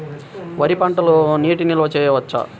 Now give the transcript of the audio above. వరి పంటలో నీటి నిల్వ చేయవచ్చా?